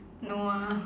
no ah